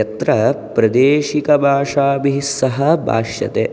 यत्र प्रादेशिकभाषाभभिस्सह भाष्यते